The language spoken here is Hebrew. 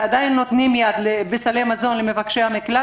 ועדיין נותנים יד וסלי מזון למבקשי המקלט,